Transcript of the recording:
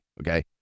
Okay